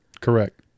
Correct